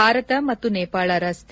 ಭಾರತ ಮತ್ತು ನೇಪಾಳ ರಸ್ತೆ